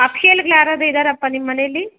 ಒಫ್ಶಿಯಲ್ಗಳು ಯಾರಾದರೂ ಇದ್ದಾರಾಪ್ಪ ನಿಮ್ಮ ಮನೇಲಿ